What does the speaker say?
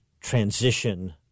transition